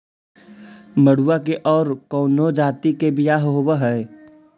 मडूया के और कौनो जाति के बियाह होव हैं?